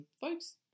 folks